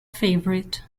favourite